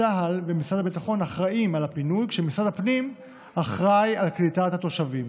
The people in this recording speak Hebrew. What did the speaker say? צה"ל ומשרד הביטחון אחראים לפינוי ומשרד הפנים אחראי לקליטת התושבים.